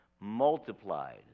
multiplied